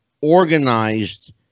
organized